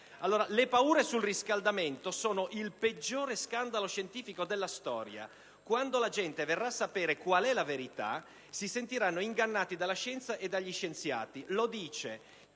«Le paure sul riscaldamento sono il peggiore scandalo scientifico della storia. Quando la gente verrà a sapere qual è la verità, si sentirà ingannata dalla scienza e dagli scienziati»: